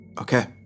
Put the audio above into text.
Okay